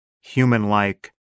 human-like